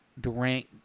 Durant